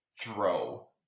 throw